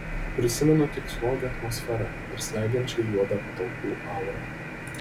prisimenu tik slogią atmosferą ir slegiančiai juodą patalpų aurą